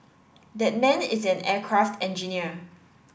that man is an aircraft engineer